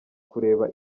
kureba